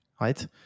right